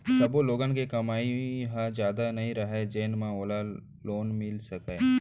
सब्बो लोगन के कमई ह जादा नइ रहय जेन म ओला लोन मिल सकय